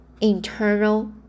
internal